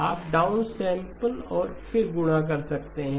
आप डाउनसैंपल और फिर गुणा कर सकते हैं